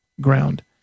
ground